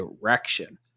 direction